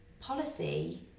policy